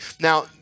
now